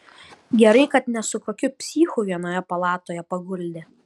gerai kad ne su kokiu psichu vienoje palatoje paguldė